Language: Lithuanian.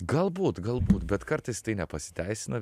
galbūt galbūt bet kartais tai nepasiteisina